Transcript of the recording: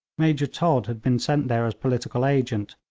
major todd had been sent there as political agent,